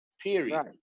Period